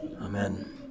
Amen